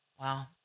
Wow